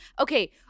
okay